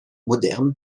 moderne